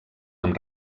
amb